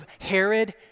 Herod